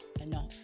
enough